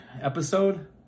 episode